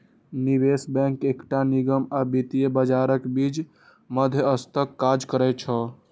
निवेश बैंक एकटा निगम आ वित्तीय बाजारक बीच मध्यस्थक काज करै छै